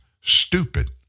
stupid